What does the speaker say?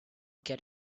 get